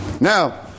Now